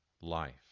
life